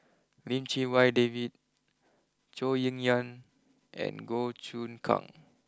Lim Chee Wai David Zhou Ying Nan and Goh Choon Kang